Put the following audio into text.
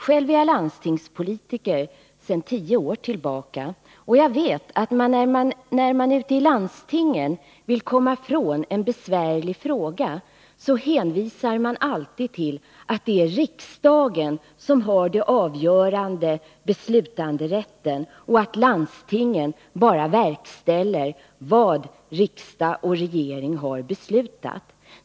Själv är jag landstingspolitiker sedan tio år tillbaka, och jag vet att när man ute i landstingen vill komma ifrån en besvärlig fråga, hänvisar man alltid till att det är riksdagen som har den avgörande beslutanderätten och att landstingen bara verkställer vad riksdag och regering har beslutat.